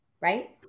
Right